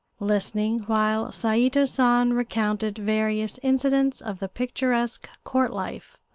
listening while saito san recounted various incidents of the picturesque court-life,